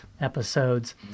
episodes